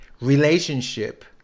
relationship